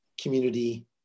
community